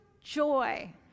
joy